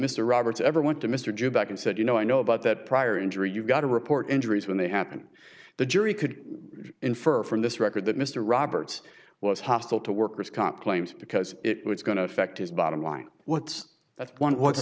mr roberts ever went to mr drew back and said you know i know about that prior injury you've got to report injuries when they happened the jury could infer from this record that mr roberts was hostile to workers comp claims because it was going to affect his bottom line what's that one what's